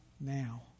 now